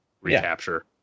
recapture